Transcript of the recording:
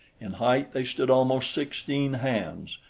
in height they stood almost sixteen hands,